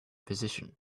position